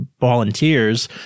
volunteers